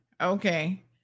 Okay